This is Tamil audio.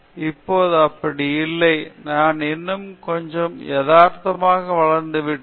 இப்போது அப்படி இல்லை நான் இன்னும் கொஞ்சம் யதார்த்தமாக வளர்ந்துவிட்டேன்